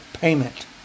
payment